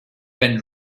been